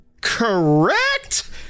Correct